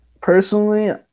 personally